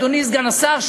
אדוני סגן השר,